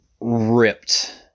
ripped